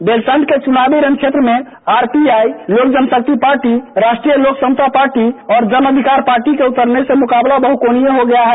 बेलसंड के चुनावी रण क्षेत्र में RPI Lok Janshakti party Rashtriya Lok Samta party और जन अधिकार पार्टी के उतरने से मुकाबला बहुकोणीय हो गया है